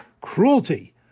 cruelty